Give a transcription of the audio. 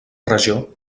regió